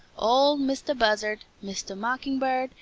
ol' mistah buzzard, mistah mockingbird,